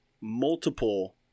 multiple